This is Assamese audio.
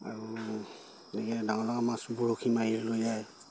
আৰু তেনেকে ডাঙৰ ডাঙৰ মাছ বৰশী মাৰি লৈ যায়